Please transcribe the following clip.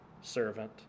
servant